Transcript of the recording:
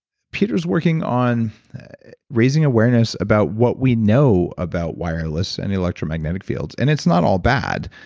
peter is working on raising awareness about what we know about wireless and electromagnetic fields. and it's not all bad.